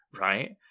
right